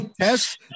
test